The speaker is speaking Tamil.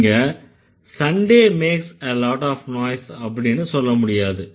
நீங்க Sunday makes a lot of noise அப்படின்னு சொல்ல முடியாது